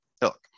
look